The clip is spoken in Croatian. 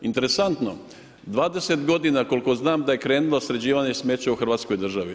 Interesantno, 20 godina koliko znam da je krenulo sređivanje smeća u hrvatskoj državi.